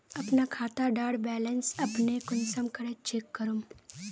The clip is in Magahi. अपना खाता डार बैलेंस अपने कुंसम करे चेक करूम?